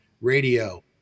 Radio